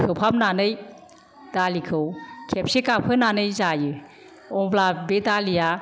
खोबहाबनानै दालिखौ खेबसे गाबहोनानै जायो अब्ला बे दालिया